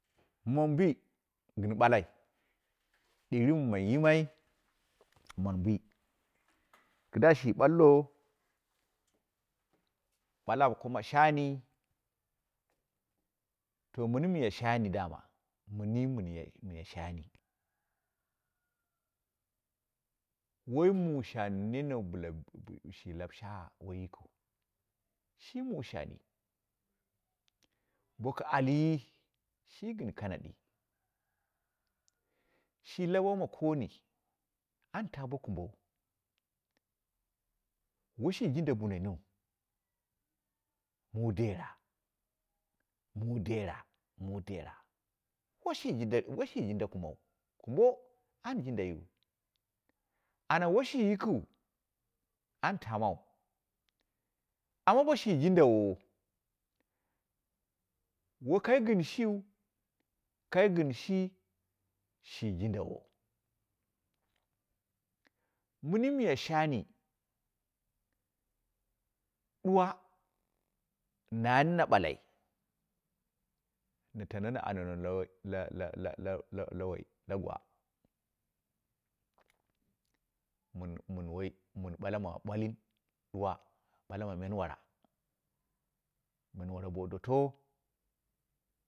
Mun bii gɨn balai, diiri min yimai mun bi, kida shi ballo, bala ma leung shani, to mɨni miya shani dama, muni mune miye shani, wai mu shani nen bɨla shi shi lau shawa wai yikiu, shi muu shan, boka alyi, shi gɨn kanadi shi lau woma kani, anta bo kumbou washi jinda bunenwu, mu dera, mu dara mu dere, washi jinda, washi jinda kambou kumbo an jindaiu, ana washi yikɨu an tamau, amma boshi jindawo, wakai gɨn shiu, kai gɨnshi shi jindawo, mini miyo shani, duwo nani na bulai na tano na anono la- la- la- la- la- lu woi la gwa mɨni- mɨn woi mɨn bala ma bwalin ɗuwo, bula ma menwora, menwara bo doto.